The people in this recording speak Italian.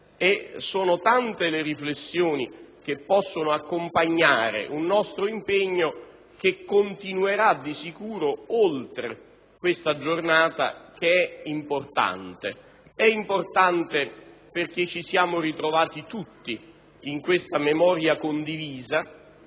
Sono tante le riflessioni che possono accompagnare un nostro impegno, che continuerà di sicuro oltre questa importante giornata. È importante perché ci siamo ritrovati tutti in questa memoria condivisa